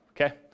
Okay